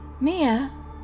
Mia